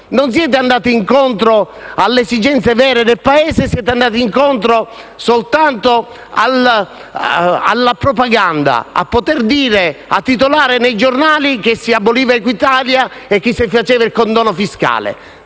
Non siete andati incontro alle esigenze vere del Paese, ma siete andati incontro soltanto alla propaganda, per poter dire e titolare nei giornali che si aboliva Equitalia e che si faceva il condono fiscale.